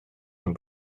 ein